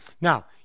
Now